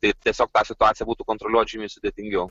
tai tiesiog tą situaciją būtų kontroliuot žymiai sudėtingiau